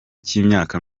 cy’imyaka